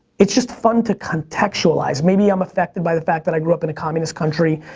it's just fun to contextualize. maybe i'm affected by the fact that i grew up in a communist country,